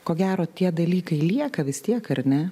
ko gero tie dalykai lieka vis tiek ar ne